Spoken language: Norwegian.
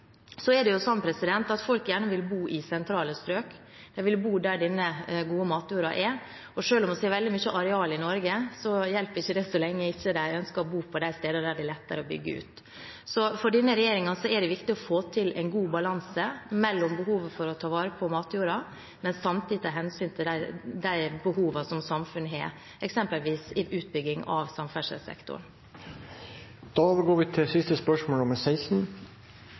jo sånn at folk gjerne vil bo i sentrale strøk, de vil bo der denne gode matjorda er, og selv om vi har veldig mye areal i Norge, hjelper ikke det så lenge folk ikke ønsker å bo på de stedene der det er lettere å bygge ut. For denne regjeringen er det viktig å få til en god balanse mellom behovet for å ta vare på matjorda og samtidig hensynet til de behovene som samfunnet har, eksempelvis en utbygging av samferdselssektoren. Jeg ønsker å stille kunnskapsministeren følgende spørsmål: